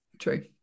true